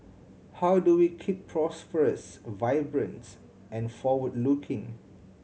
how do we keep prosperous vibrant and forward looking